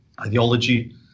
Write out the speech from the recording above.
ideology